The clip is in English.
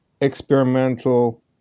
experimental